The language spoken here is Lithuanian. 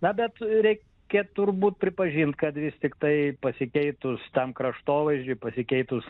na bet reikia turbūt pripažint kad vis tiktai pasikeitus tam pasikeitus